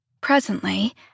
Presently